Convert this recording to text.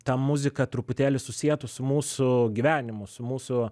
tą muziką truputėlį susietų su mūsų gyvenimu su mūsų